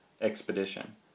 expedition